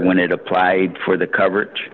when it applied for the coverage